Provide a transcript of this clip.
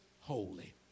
holy